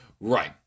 Right